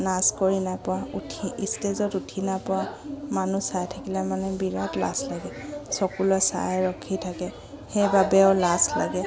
নাচ কৰি নাই পোৱা উঠি ষ্টেজত উঠি নাই পোৱা মানুহ চাই থাকিলে মানে বিৰাট লাজ লাগে চকুলে চাই ৰখি থাকে সেইবাবেও লাজ লাগে